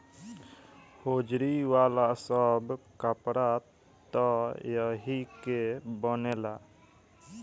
hosiery वाला सब कपड़ा त एही के बनेला